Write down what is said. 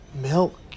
milk